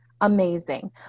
amazing